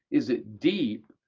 is it deep,